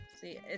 See